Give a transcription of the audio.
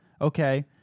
okay